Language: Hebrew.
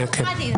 כן.